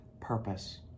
purpose